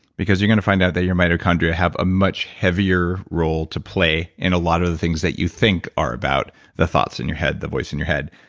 because you're going to find out that your mitochondria have a much heavier role to play in a lot of the things that you think are about the thoughts in your head, the voice in your head.